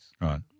Right